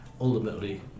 ultimately